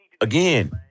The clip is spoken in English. Again